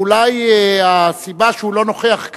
אולי הסיבה שהוא לא נוכח כאן,